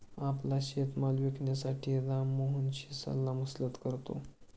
आपला शेतीमाल विकण्यासाठी राम मोहनशी सल्लामसलत करतो